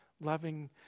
loving